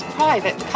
private